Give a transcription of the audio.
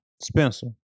Spencer